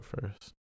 first